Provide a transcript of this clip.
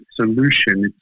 solution